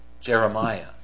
Jeremiah